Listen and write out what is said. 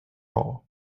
all